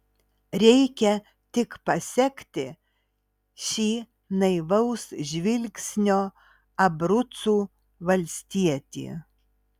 reikia tik pasekti šį naivaus žvilgsnio abrucų valstietį